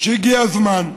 שהגיע הזמן.